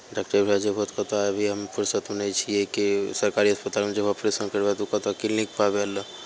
डॉकटरके पास जेबहो तऽ कहतऽ अभी हम फुरसतिमे नहि छिए कि सरकारी अस्पतालमे जेबहो ऑपरेशन करबै तऽ ओ कहतऽ क्लीनिकपर आबैले